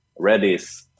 Redis